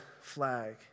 flag